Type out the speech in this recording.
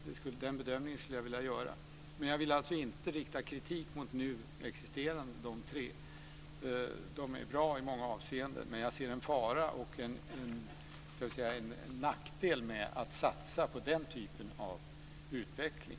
Den bedömningen skulle jag vilja göra, men jag vill alltså inte rikta kritik mot de tre nu existerande högskolorna. De är bra i många avseenden, men jag ser en fara och en nackdel med att satsa på den typen av utveckling.